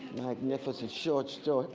magnificent short story.